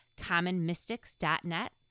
commonmystics.net